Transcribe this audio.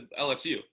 LSU